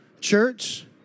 church